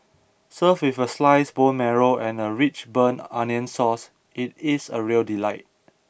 served with a sliced bone marrow and a rich burnt onion sauce it is a real delight